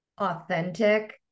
authentic